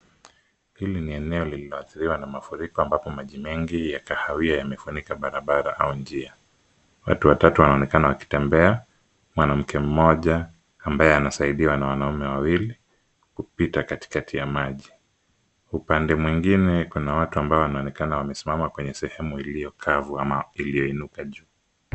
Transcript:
Hili ni eneo lililoadhiriwa na mafuriko ambapo maji mengi ya kahawia yamefunika barabara au njia. Watu watatu wanaonekana wakitembea mwanamke mmoja ambaye anasaidiwa na wanaume wawili kupita katikati ya maji. Upande mwingine kuna watu ambao wanaonekana wamesimama kwenye sehemu iliyo kavu ama iliyo inuka juu.